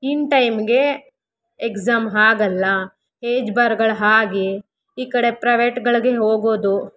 ಇನ್ ಟೈಮ್ಗೆ ಎಕ್ಸಾಮ್ ಆಗಲ್ಲ ಏಜ್ ಬಾರ್ಗಳು ಆಗಿ ಈ ಕಡೆ ಪ್ರವೇಟ್ಗಳಿಗೆ ಹೋಗೋದು